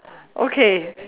okay